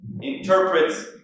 interprets